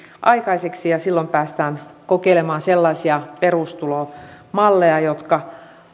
aikaiseksi ja silloin päästään kokeilemaan sellaisia perustulomalleja jotka